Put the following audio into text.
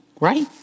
right